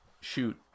shoot